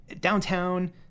downtown